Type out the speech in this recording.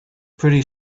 pretty